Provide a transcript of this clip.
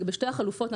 בשתי החלופות,